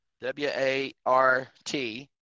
W-A-R-T